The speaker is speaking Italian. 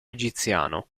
egiziano